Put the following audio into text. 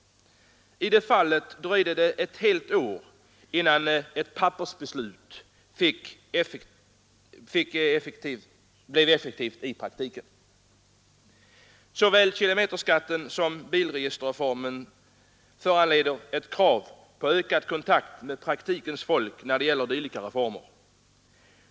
I det fallet dröjde det ett helt år innan ett ”pappersbeslut” fick effekt i praktiken. Såväl kilometerskatten som bilregisterreformen föranleder ett krav på ökad kontakt med praktikens folk när det gäller dylika reformer.